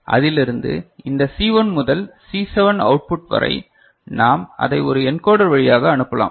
அதிலிருந்து இந்த சி 1 முதல் சி 7 அவுட் புட் வரை நாம் அதை ஒரு என்கோடர் வழியாக அனுப்பலாம்